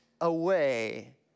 away